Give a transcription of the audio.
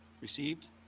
received